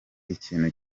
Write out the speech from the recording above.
ikintu